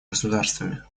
государствами